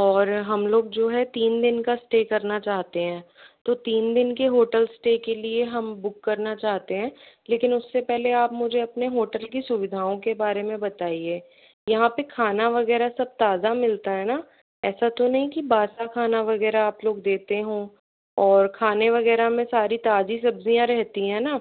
और हम लोग जो है तीन दिन का स्टे करना चाहते हैं तो तीन दिन के होटल स्टे के लिए हम बुक करना चहाते हैं लेकिन उससे पहले आप मुझे अपने होटल की सुविधाओं के बारे मे बताइए यहाँ पे खाना वगैरह सब ताज़ा मिलता है न ऐसा तो नहीं की बासा खाना वगैरह आप लोग देते हों और खाने वगैरह में सारी ताज़ी सब्जियाँ रहती हैं न